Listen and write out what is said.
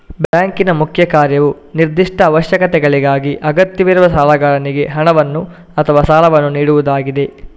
ಬ್ಯಾಂಕಿನ ಮುಖ್ಯ ಕಾರ್ಯವು ನಿರ್ದಿಷ್ಟ ಅವಶ್ಯಕತೆಗಳಿಗಾಗಿ ಅಗತ್ಯವಿರುವ ಸಾಲಗಾರನಿಗೆ ಹಣವನ್ನು ಅಥವಾ ಸಾಲವನ್ನು ನೀಡುವುದಾಗಿದೆ